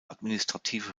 administrative